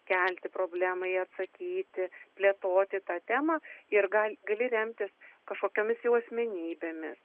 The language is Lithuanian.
kelti problemą į ją atsakyti plėtoti tą temą ir gal gali remtis kažkokiomis jau asmenybėmis